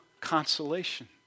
consolation